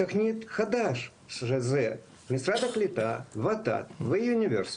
תוכנית חדשה שזה משרד הקליטה , ות"ת ואוניברסיטה.